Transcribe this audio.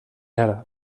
ara